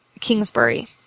Kingsbury